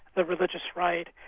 the religious right.